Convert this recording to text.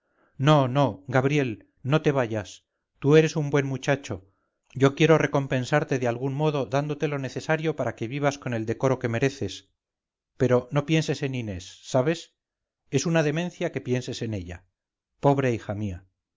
no no gabriel no te vayas tú eres un buen muchacho yo quiero recompensarte de algún modo dándote lo necesario para que vivas con el decoro que mereces pero no pienses en inés sabes es una demencia que pienses en ella pobre hija mía